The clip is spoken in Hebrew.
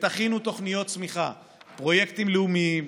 ותכינו תוכניות צמיחה: פרויקטים לאומיים,